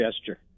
gesture